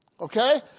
Okay